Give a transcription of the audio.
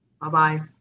Bye-bye